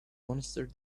monster